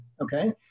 okay